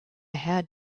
had